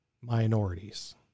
minorities